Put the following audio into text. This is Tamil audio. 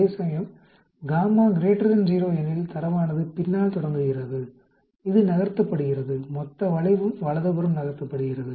அதேசமயம் γ 0 எனில் தரவானது பின்னால் தொடங்குகிறது இது நகர்த்தப்படுகிறது மொத்த வளைவும் வலதுபுறம் நகர்த்தப்படுகிறது